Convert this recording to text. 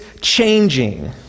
changing